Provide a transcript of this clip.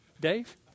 Dave